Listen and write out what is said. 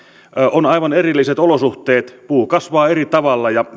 on aivan erilaiset olosuhteet puu kasvaa eri tavalla ja